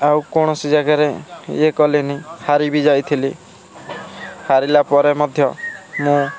ଆଉ କୌଣସି ଜାଗାରେ ଇଏ କଲିନି ହାରି ବି ଯାଇଥିଲି ହାରିଲା ପରେ ମଧ୍ୟ ମୁଁ